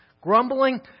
Grumbling